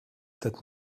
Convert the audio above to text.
that